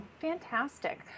fantastic